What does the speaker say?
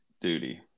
duty